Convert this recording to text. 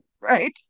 Right